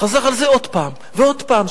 חזר על זה עוד פעם ועוד פעם,